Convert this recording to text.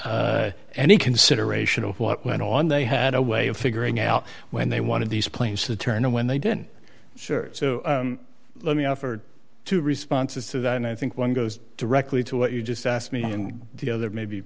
without any consideration of what went on they had a way of figuring out when they wanted these planes to turn and when they didn't let me offer two responses to that and i think one goes directly to what you just asked me and the other maybe